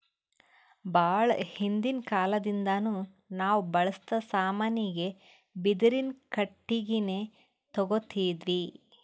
ಭಾಳ್ ಹಿಂದಿನ್ ಕಾಲದಿಂದಾನು ನಾವ್ ಬಳ್ಸಾ ಸಾಮಾನಿಗ್ ಬಿದಿರಿನ್ ಕಟ್ಟಿಗಿನೆ ತೊಗೊತಿದ್ವಿ